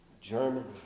Germany